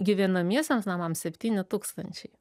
gyvenamiesiems namams septyni tūkstančiai